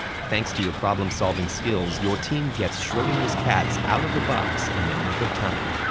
thanks to your problem-solving skills, your team gets schrodinger's cats out of the box in the nick of time.